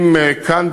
אם כאן,